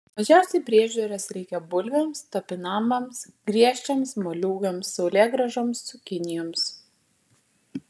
mažiausiai priežiūros reikia bulvėms topinambams griežčiams moliūgams saulėgrąžoms cukinijoms